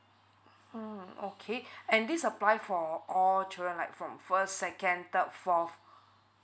mm okay and this apply for all children like from first second third fourth